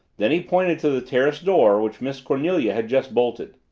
then he pointed to the terrace door which miss cornelia had just bolted.